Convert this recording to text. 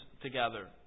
together